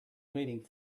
waiting